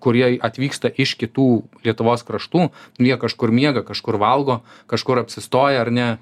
kurie atvyksta iš kitų lietuvos kraštų jie kažkur miega kažkur valgo kažkur apsistoja ar ne